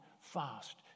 fast